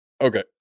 okay